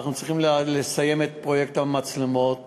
אנחנו צריכים לסיים את פרויקט המצלמות